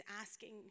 asking